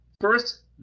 first